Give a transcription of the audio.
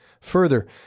Further